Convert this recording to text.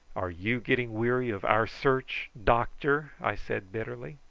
are you getting weary of our search, doctor? i said bitterly.